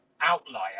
outlier